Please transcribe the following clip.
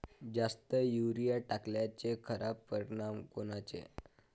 जास्त युरीया टाकल्याचे खराब परिनाम कोनचे?